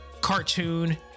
cartoon